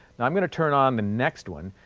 now, i'm going to turn on the next one,